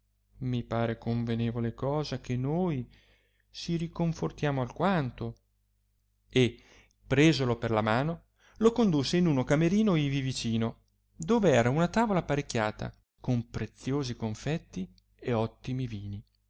mi pare convenevole cosa che noi si riconfortiamo alquanto e presolo per la mano lo condusse in uno camerino ivi vicino dove era una tavola apparecchiata con preziosi confetti e ottimi vini